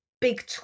big